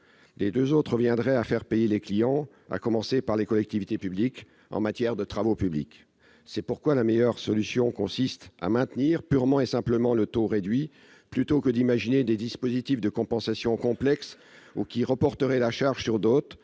Les deux autres reviendraient à faire payer les clients, à commencer par les collectivités publiques en matière de travaux publics. C'est pourquoi la meilleure solution consiste à maintenir, purement et simplement, le taux réduit plutôt que d'imaginer des dispositifs de compensation complexes ou qui reporteraient la charge sur d'autres.